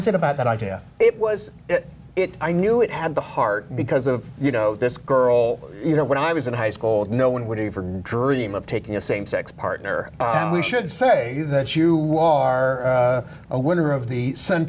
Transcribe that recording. was it about that idea it was it i knew it had the heart because of you know this girl you know when i was in high school no one would ever dream of taking a same sex partner and we should say that you are a winner of the